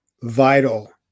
vital